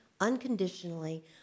unconditionally